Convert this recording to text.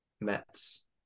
Mets